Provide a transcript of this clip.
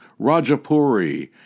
Rajapuri